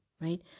right